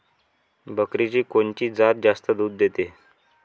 बकरीची कोनची जात जास्त दूध देते?